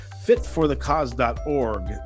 fitforthecause.org